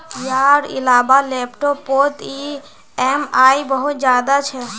यार इलाबा लैपटॉप पोत ई ऍम आई बहुत ज्यादा छे